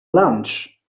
lunch